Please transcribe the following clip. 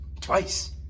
twice